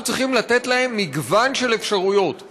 אנחנו צריכים לתת להם מגוון של אפשרויות,